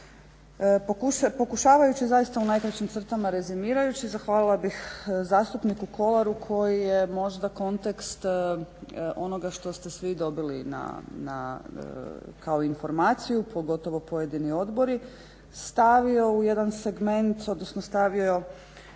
Pokušavajući zaista u najkraćim crtama rezimirajući zahvalila bih zastupniku Kolaru koji je možda kontekst onoga što ste svi dobili kao informaciju pogotovo pojedini odbori stavio u jedan segment odnosno stavio bio